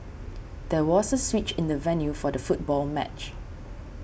there was a switch in the venue for the football match